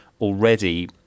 already